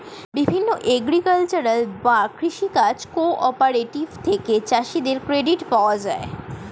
বিভিন্ন এগ্রিকালচারাল বা কৃষি কাজ কোঅপারেটিভ থেকে চাষীদের ক্রেডিট পাওয়া যায়